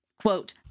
quote